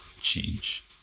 change